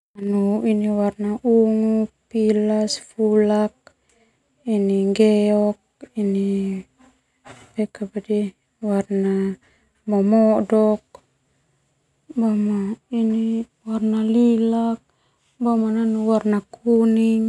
Ini warna ungu, pilas, fulak, ini nggeok, ini warna momodok, ini warna lilac, boma nanu warna kuning.